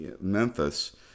Memphis